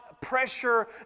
pressure